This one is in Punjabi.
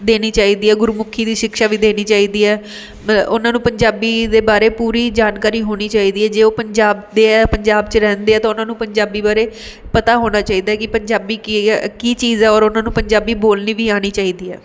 ਦੇਣੀ ਚਾਹੀਦੀ ਹੈ ਗੁਰਮੁਖੀ ਦੀ ਸਿਕਸ਼ਾ ਵੀ ਦੇਣੀ ਚਾਹੀਦੀ ਹੈ ਮਤਲਬ ਉਹਨਾਂ ਨੂੰ ਪੰਜਾਬੀ ਦੇ ਬਾਰੇ ਪੂਰੀ ਜਾਣਕਾਰੀ ਹੋਣੀ ਚਾਹੀਦੀ ਹੈ ਜੇ ਉਹ ਪੰਜਾਬ ਦੇ ਹੈ ਪੰਜਾਬ 'ਚ ਰਹਿੰਦੇ ਆ ਤਾਂ ਉਹਨਾਂ ਨੂੰ ਪੰਜਾਬੀ ਬਾਰੇ ਪਤਾ ਹੋਣਾ ਚਾਹੀਦਾ ਕਿ ਪੰਜਾਬੀ ਕੀ ਹੈ ਕੀ ਚੀਜ਼ ਹੈ ਔਰ ਉਹਨਾਂ ਨੂੰ ਪੰਜਾਬੀ ਬੋਲਣੀ ਵੀ ਆਉਣੀ ਚਾਹੀਦੀ ਹੈ